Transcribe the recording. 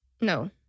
No